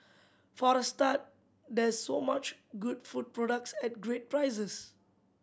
for a start there's so much good food products at great prices